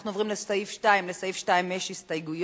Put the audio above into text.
אנחנו עוברים לסעיף 2, יש לו הסתייגויות,